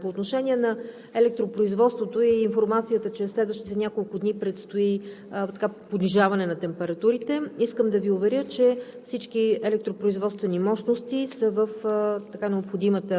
така че няма рискове и някакви опасности към настоящия момент. По отношение на електропроизводството и информацията, че в следващите няколко дни предстои понижаване на температурите, искам да Ви уверя, че